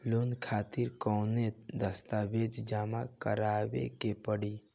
Loan खातिर कौनो दस्तावेज जमा करावे के पड़ी?